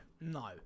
no